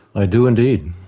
i do indeed.